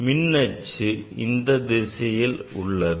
மின் அச்சு இந்தத் திசையில் உள்ளது